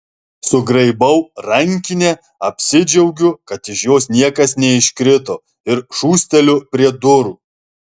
sugraibau rankinę apsidžiaugiu kad iš jos niekas neiškrito ir šūsteliu prie durų